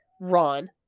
Ron